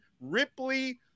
Ripley